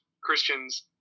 Christians